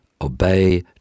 obey